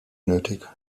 nötig